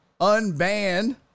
Unban